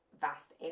vast